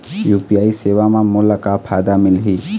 UPI सेवा म मोला का फायदा मिलही?